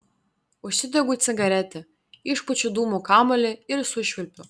užsidegu cigaretę išpučiu dūmų kamuolį ir sušvilpiu